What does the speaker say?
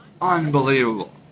unbelievable